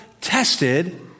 tested